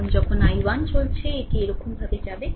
কারণ যখন i 1 চলছে এটি এরকম ভাবে যাবে